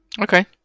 Okay